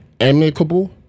amicable